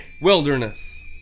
wilderness